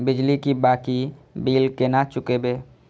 बिजली की बाकी बील केना चूकेबे?